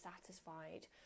satisfied